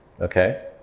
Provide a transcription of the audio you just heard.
Okay